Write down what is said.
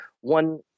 one